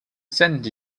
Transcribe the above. send